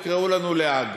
יקראו לנו להאג.